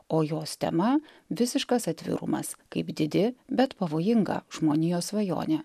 o jos tema visiškas atvirumas kaip didi bet pavojinga žmonijos svajonė